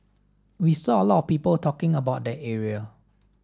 we saw a lot of people talking about that area